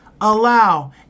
allow